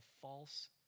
false